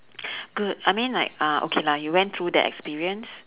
good I mean like uh okay lah you went through that experience